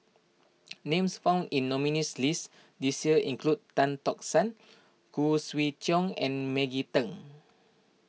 names found in the nominees' list this year include Tan Tock San Khoo Swee Chiow and Maggie Teng